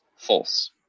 false